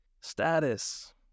status